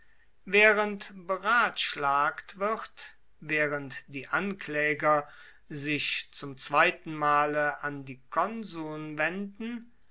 während berathschlagt wird während die ankläger sich zum zweiten male wenden